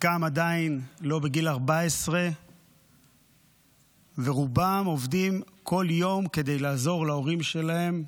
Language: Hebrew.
חלקם עדיין לא בני 14 ורובם עובדים כל יום כדי לעזור להורים שלהם,